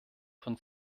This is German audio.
von